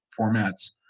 formats